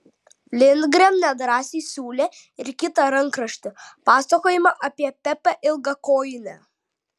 lindgren nedrąsiai siūlė ir kitą rankraštį pasakojimą apie pepę ilgakojinę